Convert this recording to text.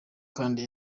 kandi